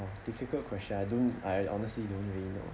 !wah! difficult question I don't I honestly don't really know